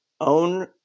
own